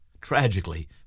tragically